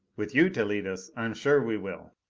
with you to lead us, i'm sure we will.